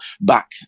back